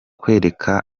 kwereka